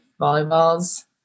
Volleyball's